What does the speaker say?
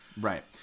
Right